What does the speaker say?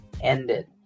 ended